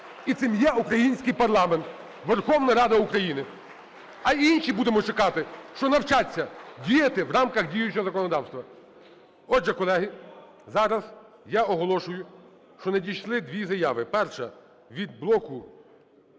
І цим є український парламент – Верховна Рада України. А інші, будемо чекати, що навчаться діяти в рамках діючого законодавства. Отже, колеги, зараз я оголошую, що надійшли дві заяви. Перша - від блоку,